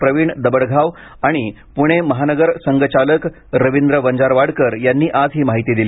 प्रवीण दबडघाव आणि प्णे महानगर संघचालक रवींद्र वंजारवाडकर यांनी आज ही माहिती दिली